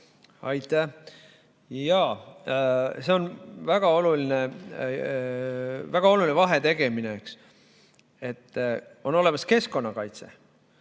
Aitäh! Jaa, see on väga oluline vahetegemine. On olemas keskkonnakaitse,